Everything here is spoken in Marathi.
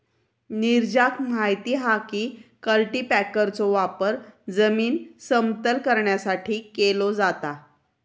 नीरजाक माहित हा की कल्टीपॅकरचो वापर जमीन समतल करण्यासाठी केलो जाता